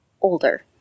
Older